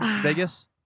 Vegas